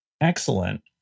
excellent